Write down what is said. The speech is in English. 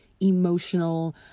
emotional